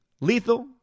Lethal